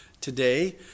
today